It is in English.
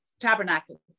Tabernacle